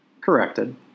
corrected